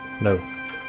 No